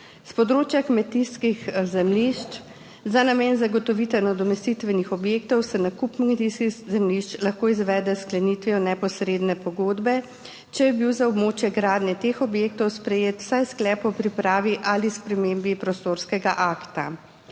(nadaljevanje) za namen zagotovitve nadomestitvenih objektov se nakup kmetijskih zemljišč lahko izvede s sklenitvijo neposredne pogodbe, če je bil za območje gradnje teh objektov sprejet vsaj sklep o pripravi ali spremembi prostorskega akta.